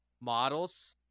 models